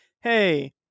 hey